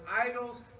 idols